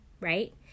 right